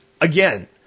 again